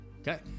Okay